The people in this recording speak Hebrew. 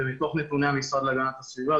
זה מתוך נתוני המשרד להגנת הסביבה,